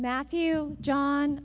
matthew john